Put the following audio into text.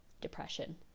depression